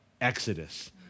Exodus